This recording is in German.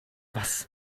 was